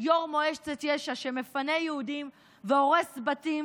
יו"ר מועצת יש"ע שמפנה יהודים והורס בתים